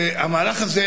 שהמהלך הזה